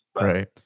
right